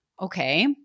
okay